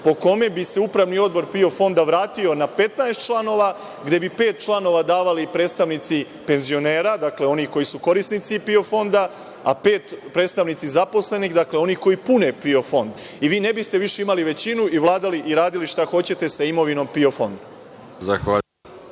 po kome bi se Upravni odbor PIO fonda vratio na 15 članova, gde bi pet članova davali predstavnici penzionera, dakle, onih koji su korisnici PIO fonda, a pet predstavnici zaposlenih, dakle, onih koji pune PIO fond. Vi više ne biste imali većinu i radili šta hoćete sa imovinom PIO fonda.